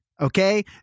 Okay